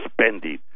spending